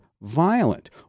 violent